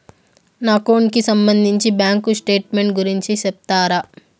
నా అకౌంట్ కి సంబంధించి బ్యాంకు స్టేట్మెంట్ గురించి సెప్తారా